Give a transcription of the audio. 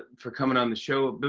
ah for coming on the show. but